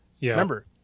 Remember